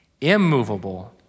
immovable